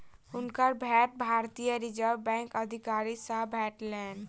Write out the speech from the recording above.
हुनकर भेंट भारतीय रिज़र्व बैंकक अधिकारी सॅ भेलैन